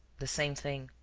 the same thing,